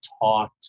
taught